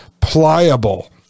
pliable